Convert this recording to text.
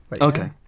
Okay